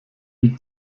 die